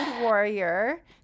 Warrior